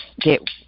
get